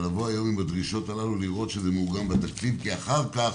לבוא היום עם הדרישות האלה ולראות שזה מעוגן בתקציב כי אחר כך